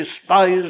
Despised